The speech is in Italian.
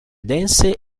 dense